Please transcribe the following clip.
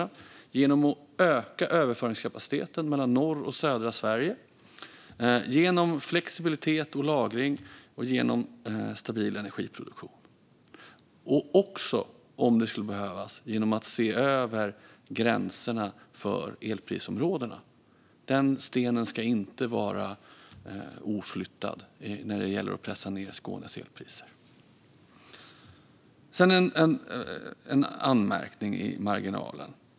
De kan också pressas ned genom en ökning av överföringskapaciteten mellan norra och södra Sverige, genom flexibilitet och lagring samt genom en stabil energiproduktion. Om det skulle behövas kan man även göra det genom en översyn av gränserna för elprisområdena. Den stenen ska vi inte låta vara oflyttad i försöken att pressa ned Skånes elpriser. Låt mig också göra en anmärkning i marginalen.